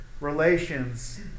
relations